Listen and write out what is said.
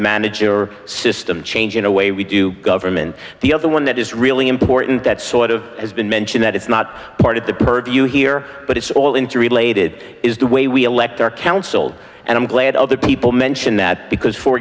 manager system change in a way we do government the other one that is really important that sort of has been mentioned that it's not part of the earth you hear but it's all interrelated is the way we elect our council and i'm glad other people mention that because for